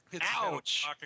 Ouch